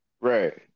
Right